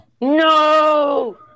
No